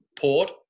Port